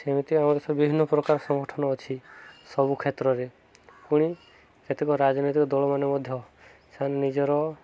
ସେମିତି ଆମର ବିଭିନ୍ନ ପ୍ରକାର ସଂଗଠନ ଅଛି ସବୁ କ୍ଷେତ୍ରରେ ପୁଣି କେତେକ ରାଜନୈତିକ ଦଳମାନେ ମଧ୍ୟ ସେମାନେ ନିଜର